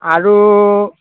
আৰু